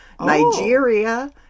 Nigeria